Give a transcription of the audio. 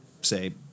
say